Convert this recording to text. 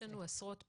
יש לנו עשרות פניות.